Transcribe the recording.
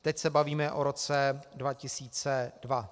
Teď se bavíme o roce 2002.